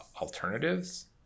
alternatives